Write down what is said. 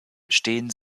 stehen